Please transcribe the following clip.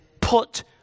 put